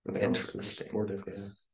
Interesting